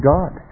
God